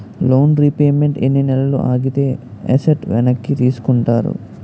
Loan repayment ఎన్ని నెలలు ఆగితే ఎసట్ వెనక్కి తీసుకుంటారు?